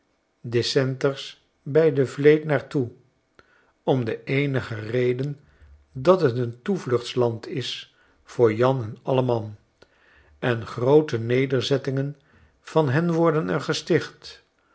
dissenters by de vleet naar toe om de eenige reden dat het een toevluchtsland is voor jan en alleman en groote nederzettingen van hen worden er gesticht